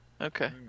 Okay